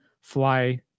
fly